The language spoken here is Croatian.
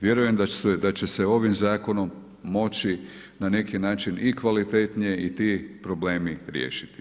Vjerujem da će se ovim zakonom moći na neki način i kvalitetnije i ti problemi riješiti.